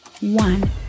one